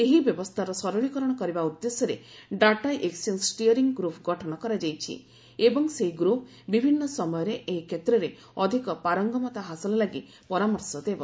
ଏହି ବ୍ୟବସ୍ଥାର ସରଳୀକରଣ କରିବା ଉଦ୍ଦେଶ୍ୟରେ ଡାଟା ଏକ୍ସଚେଞ୍ଜ ଷ୍ଟିଅରିଙ୍ଗ୍ ଗ୍ରୁପ୍ ଗଠନ କରାଯାଇଛି ଏବଂ ସେହି ଗ୍ରୁପ୍ ବିଭିନ୍ନ ସମୟରେ ଏହି କ୍ଷେତ୍ରରେ ଅଧିକ ପାରଙ୍ଗମତା ହାସଲ ଲାଗି ପରାମର୍ଶ ଦେବ